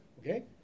okay